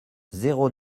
zéro